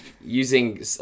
using